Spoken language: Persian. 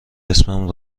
اسمم